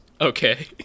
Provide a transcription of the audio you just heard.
Okay